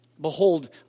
Behold